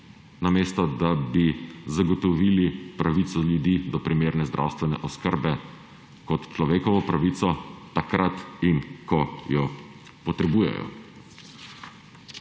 namesto da bi zagotovili pravico ljudi do primerne zdravstvene oskrbe kot človekove pravice, takrat in ko jo potrebujejo.